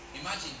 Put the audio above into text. imagine